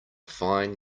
fine